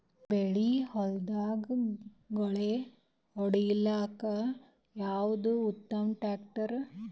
ಬಾಳಿ ಹೊಲದಾಗ ಗಳ್ಯಾ ಹೊಡಿಲಾಕ್ಕ ಯಾವದ ಉತ್ತಮ ಟ್ಯಾಕ್ಟರ್?